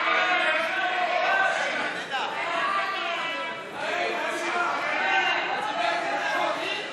ההצעה להעביר את הצעת חוק יישובים